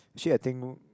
actually I think